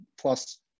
plus